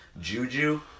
Juju